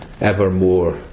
evermore